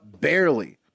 barely